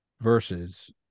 Versus